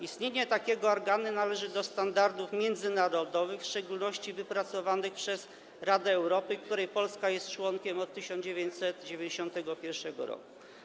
Istnienie takiego organu należy do standardów międzynarodowych, w szczególności wypracowanych przez Radę Europy, której Polska jest członkiem od 1991 r.